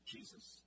Jesus